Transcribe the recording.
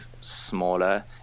smaller